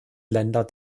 länder